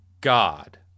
God